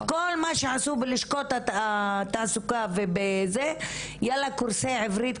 כל מה שעשו בלשכות התעסוקה קורסי עברית,